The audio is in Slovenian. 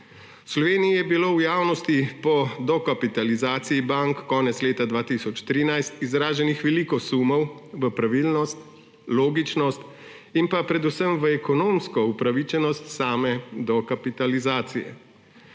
Sloveniji je bilo v javnosti po dokapitalizaciji bank konec leta 2013 izraženih veliko sumov v pravilnost, logičnost in pa predvsem v ekonomsko upravičenost same dokapitalizacije.